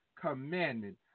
commandment